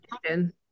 question